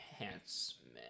enhancement